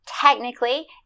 Technically